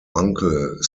uncle